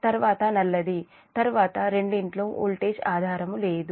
తర్వాత నల్లది తర్వాత రెండిట్లో వోల్టేజ్ ఆధారము లేదు